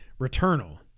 Returnal